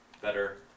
better